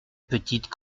petite